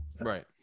right